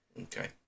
okay